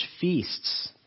feasts